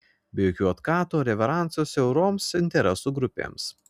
be jokių otkatų ar reveransų siauroms interesų grupėms